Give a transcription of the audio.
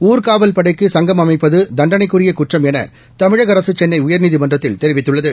ஊர்க்காவல் படைக்கு சங்கம் அமைப்பது தண்டளைக்குரிய குற்றம் எள தமிழக அரசு சென்னை உயர்நீதிமன்றத்தில் தெரிவித்துள்ளது